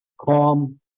calm